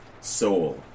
soul